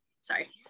Sorry